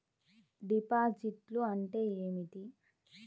డిపాజిట్లు అంటే ఏమిటి?